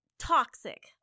Toxic